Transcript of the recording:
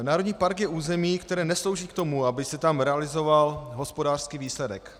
Národní park je území, které neslouží k tomu, aby se tam realizoval hospodářský výsledek.